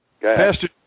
Pastor